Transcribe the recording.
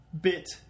bit